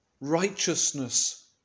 Righteousness